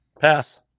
Pass